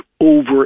over